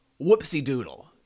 whoopsie-doodle